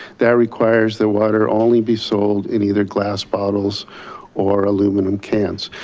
that requires that water only be sold in either glass bottles or aluminum cans.